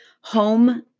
home